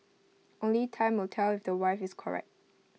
only time will tell if the wife is correct